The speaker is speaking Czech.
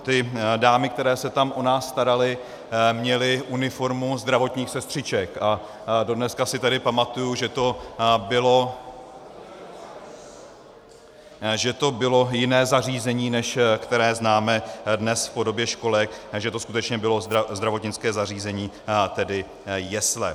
Ty dámy, které se tam o nás staraly, měly uniformu zdravotních sestřiček, a dodneška si tedy pamatuju, že to bylo jiné zařízení, než které známe dnes v podobě školek, takže to skutečně bylo zdravotnické zařízení, tedy jesle.